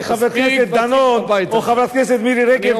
כשחבר הכנסת דנון או חברת הכנסת מירי רגב,